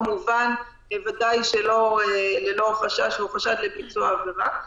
כמובן וודאי שללא חשש או חשד לביצוע עבירה.